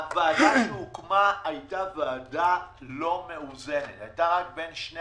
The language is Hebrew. הוועדה היתה לא מאוזנת היתה רק בין שני